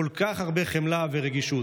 כל כך הרבה חמלה ורגישות.